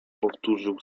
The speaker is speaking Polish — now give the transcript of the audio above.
powtórzył